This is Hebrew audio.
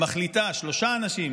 שלושה אנשים,